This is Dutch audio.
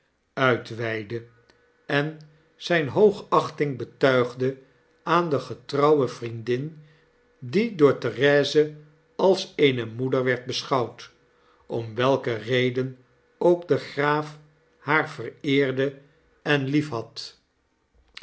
uitweidde en zyne hoogachting betuigde aan de getrouwe vriendin die door therese als eene moeder werd beschouwd om welke reden ookde graaf haar vereerde en liefhad